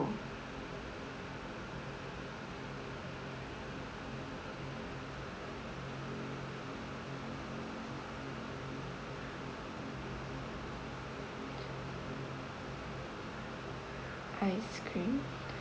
ice cream